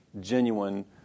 genuine